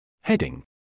Heading